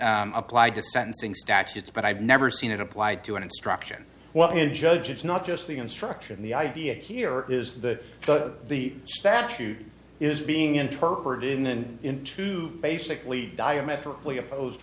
it applied to sentencing statutes but i've never seen it applied to an instruction well in a judge it's not just the instruction the idea here is that the statute is being interpreted in and into basically diametrically opposed